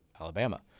Alabama